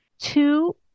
Two